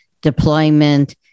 deployment